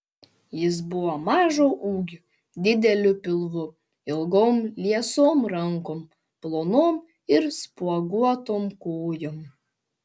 jis buvo mažo ūgio dideliu pilvu ilgom liesom rankom plonom ir spuoguotom kojom